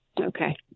Okay